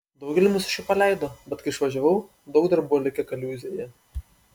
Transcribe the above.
daugelį mūsiškių paleido bet kai išvažiavau daug dar buvo likę kaliūzėje